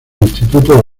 instituto